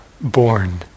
born